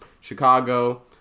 Chicago